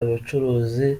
abacuruzi